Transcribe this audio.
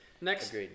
Next